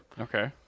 Okay